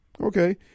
Okay